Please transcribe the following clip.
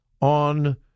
on